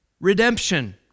redemption